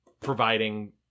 providing